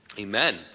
Amen